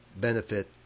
benefit